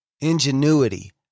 ingenuity